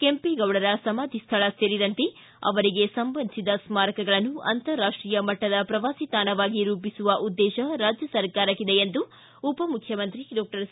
ಕೆಂಪೇಗೌಡರ ಸಮಾಧಿ ಸ್ವಳ ಸೇರಿದಂತೆ ಅವರಿಗೆ ಸಂಬಂಧಿಸಿದ ಸ್ನಾರಕಗಳನ್ನು ಅಂತಾರಾಷ್ಷೀಯ ಮಟ್ಟದ ಶ್ರವಾಸಿ ತಾಣವಾಗಿ ರೂಪಿಸುವ ಉದ್ದೇಶ ರಾಜ್ಯ ಸರ್ಕಾರಕ್ಕಿದೆ ಎಂದು ಉಪಮುಖ್ಯಮಂತ್ರಿ ಡಾಕ್ಟರ್ ಸಿ